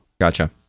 gotcha